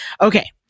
Okay